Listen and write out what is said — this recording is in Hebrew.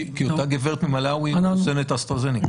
כי אותה גברת ממלאווי מחוסנת אסטרהזניקה?